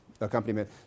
accompaniment